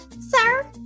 sir